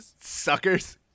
Suckers